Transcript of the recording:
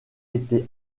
été